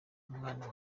umwana